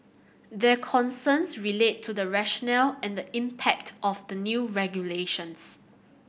their concerns relate to the rationale and the impact of the new regulations